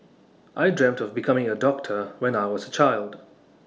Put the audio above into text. I dreamt of becoming A doctor when I was child